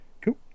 cool